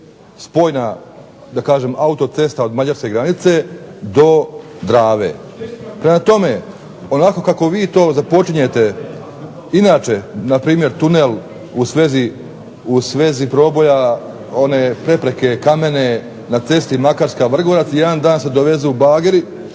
kažem autocesta mađarske granice, do Drave. Prema tome onako kako vi to započinjete, inače npr. u svezi proboja one prepreke kamene na cesti Makarska-Vrgorac, i jedan dan se dovezu bageri,